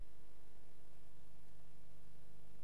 התקבלה